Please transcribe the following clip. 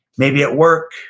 maybe at work.